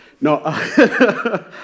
No